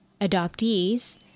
adoptees